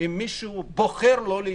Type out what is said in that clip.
אם מישהו בוחר לא להתחסן.